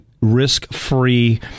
risk-free